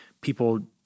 people